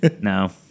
No